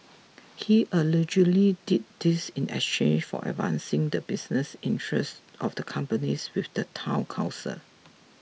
he allegedly did this in exchange for advancing the business interests of the companies with the Town Council